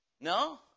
No